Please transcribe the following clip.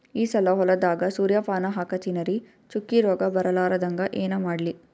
ಈ ಸಲ ಹೊಲದಾಗ ಸೂರ್ಯಪಾನ ಹಾಕತಿನರಿ, ಚುಕ್ಕಿ ರೋಗ ಬರಲಾರದಂಗ ಏನ ಮಾಡ್ಲಿ?